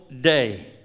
day